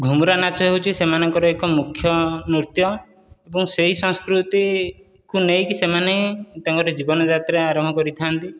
ଘୁମୁରା ନାଚ ହେଉଛି ସେମାନଙ୍କର ଏକ ମୁଖ୍ୟ ନୃତ୍ୟ ଏବଂ ସେହି ସଂସ୍କୃତିକୁ ନେଇକି ସେମାନେ ତାଙ୍କର ଜୀବନ ଯାତ୍ରା ଆରମ୍ଭ କରିଥାନ୍ତି